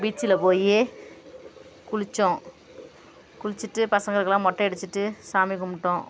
பீச்சில் போய் குளிச்சோம் குளிச்சிவிட்டு பசங்களுக்குலாம் மொட்டையடிச்சிவிட்டு சாமி கும்பிட்டோம்